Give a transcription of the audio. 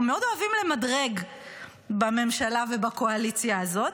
מאוד אוהבים למדרג בממשלה ובקואליציה הזאת.